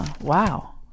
wow